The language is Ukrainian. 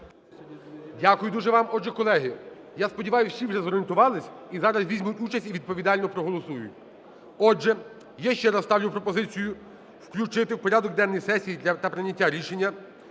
Дякую дуже вам. Отже, колеги, я сподіваюся, всі вже зорієнтувались і зараз візьмуть участь, і відповідально проголосують. Отже, я ще раз ставлю пропозицію включити в порядок денний сесії та прийняти рішення